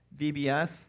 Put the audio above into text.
VBS